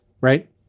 right